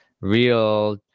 real